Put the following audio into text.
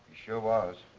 sure was.